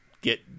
get